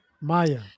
Maya